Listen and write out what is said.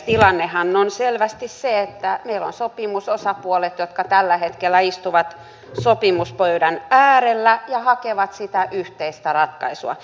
tilannehan on selvästi se että meillä on sopimusosapuolet jotka tällä hetkellä istuvat sopimuspöydän ääressä ja hakevat sitä yhteistä ratkaisua